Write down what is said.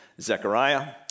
Zechariah